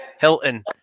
Hilton